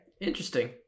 interesting